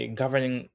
governing